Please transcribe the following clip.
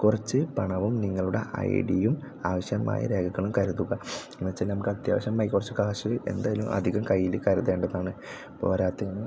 കുറച്ച് പണവും നിങ്ങളുടെ ഐ ഡിയും ആവശ്യമായ രേഖകളും കരുതുക എന്നു വെച്ചാൽ നമുക്ക് അത്യാവശ്യമായി കുറച്ച് കാശ് എന്തായാലും അധികം കയ്യിൽ കരുതേണ്ടതാണ് പോരാത്തതിന്